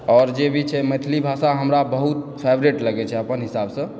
आर J भी छै मैथिली भाषा हमरा बहुत फेवरेट लगय छै अपन हिसाबसँ